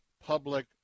public